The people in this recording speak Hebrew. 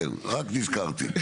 כן, רק נזכרתי.